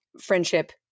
friendship